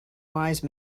wise